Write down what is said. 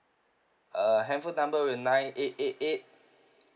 uh handphone number will be nine eight eight eight